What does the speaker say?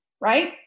right